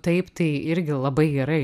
taip tai irgi labai gerai